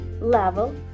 level